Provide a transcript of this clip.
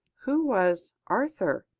who was arthur?